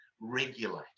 regulate